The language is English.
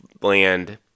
land